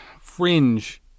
fringe